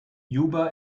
juba